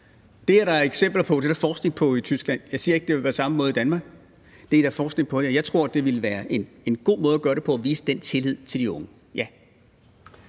Det er der eksempler på, og det er der forskning på i Tyskland. Jeg siger ikke, at det ville være på samme måde i Danmark. Jeg tror, det vil være en god måde at gøre det på, nemlig at vise den tillid til de unge,